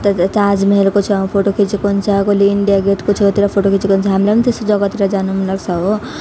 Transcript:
ताजमहलको छेउमा फोटो खिचेको हुन्छ कहिले इन्डिया गेटको छेउतिर फोटो खिचेको हुन्छ हामीलाई पनि त्यस्तो जग्गातिर जानु मनलाग्छ हो